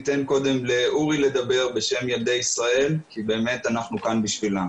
ניתן קודם לאורי לדבר בשם ילדי ישראל כי אנחנו כאן עבורם.